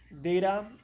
data